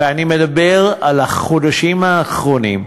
ואני מדבר על החודשים האחרונים,